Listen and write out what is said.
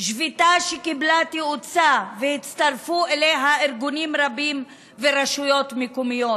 שביתה שקיבלה תאוצה והצטרפו אליה ארגונים רבים ורשויות מקומיות.